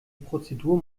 prozedur